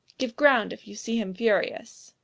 give ground, if you see him furious.